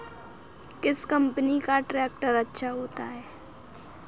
किस कंपनी का ट्रैक्टर अच्छा होता है?